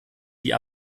die